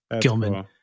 Gilman